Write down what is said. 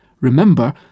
Remember